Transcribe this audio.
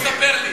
בוא תספר לי.